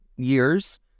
years